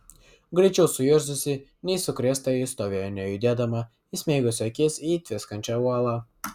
greičiau suirzusi nei sukrėstąjį stovėjo nejudėdama įsmeigusi akis į tviskančią uolą